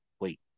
wait